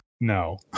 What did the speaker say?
no